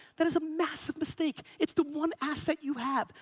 that is a massive mistake. it's the one asset you have.